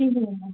کِہیٖنۍ نہٕ